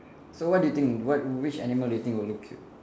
so what do you think what which animal do you think will look cute